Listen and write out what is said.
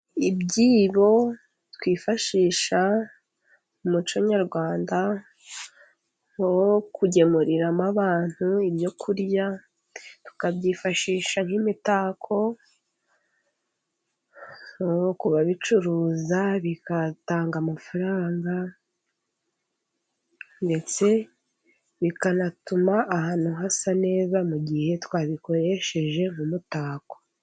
Ibyibo twifashisha mu muco nyarwanda wo kugemuriramo abantu ibyo kurya, tukabyifashisha nk'imitako, ku babicuruza bigatanga amafaranga, ndetse bikanatuma ahantu hasa neza, mu gihe twabikoresheje nk'umutako.